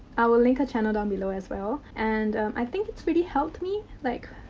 i will link her channel down below as well. and, i think it's really helped me. like,